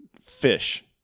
fish